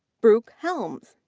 brooke helms.